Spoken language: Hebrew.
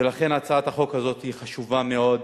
ולכן הצעת החוק הזאת היא חשובה מאוד.